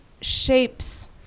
shapes